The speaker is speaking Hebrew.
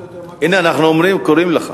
הנה, אנחנו קוראים לך.